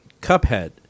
Cuphead